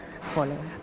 follow